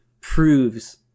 proves